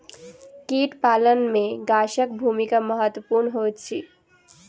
कीट पालन मे गाछक भूमिका महत्वपूर्ण होइत अछि